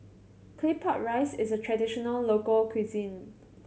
Claypot Rice is a traditional local cuisine